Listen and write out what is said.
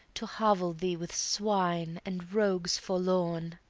to hovel thee with swine and rogues forlorn,